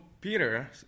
Peter